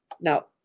Now